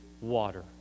water